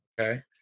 Okay